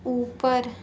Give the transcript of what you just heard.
ऊपर